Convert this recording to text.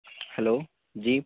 hello جی